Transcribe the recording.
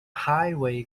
highway